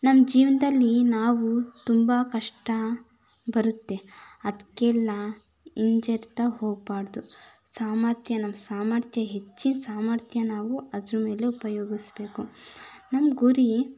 ನಮ್ಮ ಜೀವನದಲ್ಲಿ ನಾವು ತುಂಬ ಕಷ್ಟ ಬರುತ್ತೆ ಅದಕ್ಕೆಲ್ಲ ಹಿಂಜರ್ತಾ ಹೋಗಬಾರ್ದು ಸಾಮರ್ಥ್ಯ ನಮ್ಮ ಸಾಮರ್ಥ್ಯ ಹೆಚ್ಚಿನ ಸಾಮರ್ಥ್ಯ ನಾವು ಅದರ ಮೇಲೆ ಉಪಯೋಗಿಸಬೇಕು ನಮ್ಮ ಗುರಿ